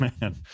man